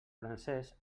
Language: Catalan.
francesc